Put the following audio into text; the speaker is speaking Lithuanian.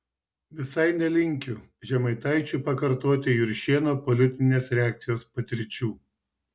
visai nelinkiu žemaitaičiui pakartoti juršėno politinės reakcijos patirčių